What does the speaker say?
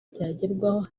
ryagerwaho